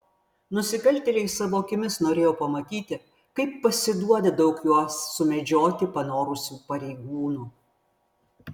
nusikaltėliai savo akimis norėjo pamatyti kaip pasiduoda daug juos sumedžioti panorusių pareigūnų